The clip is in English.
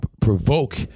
provoke